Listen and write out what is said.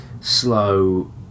slow